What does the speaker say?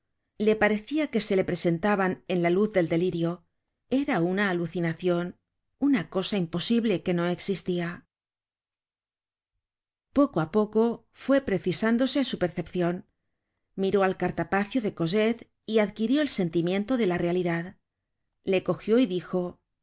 le parecía que se le presentaban en la luz del delirio era una alucinacion una cosa imposible que no existia poco á poco fue precisándose su percepcion miró al cartapacio de cosette y adquirió el sentimiento de la realidad le cogió ydijo aquí